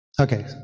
Okay